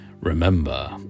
Remember